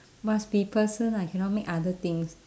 must be person ah cannot make other things